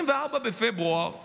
24 בפברואר 2022,